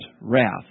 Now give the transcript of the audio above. wrath